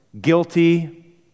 guilty